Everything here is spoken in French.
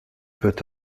peut